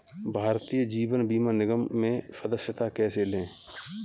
भारतीय जीवन बीमा निगम में सदस्यता कैसे लें?